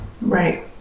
Right